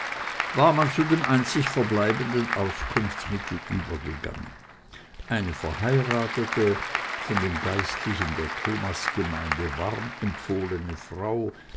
war man zu dem einzig verbleibenden auskunftsmittel übergegangen eine verheiratete von dem geistlichen der thomasgemeinde warm empfohlene frau